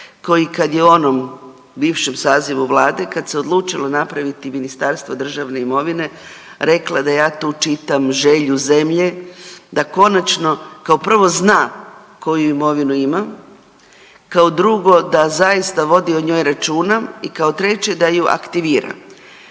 koji kad je u onom bivšem sazivu Vlade kad se odlučilo napraviti Ministarstvo državne imovine rekla da ja tu čitam želju zemlje da konačno kao prvo zna koju imovinu ima, kao drugo da zaista o njoj vodi računa i kao treće da ju aktivira.